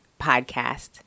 Podcast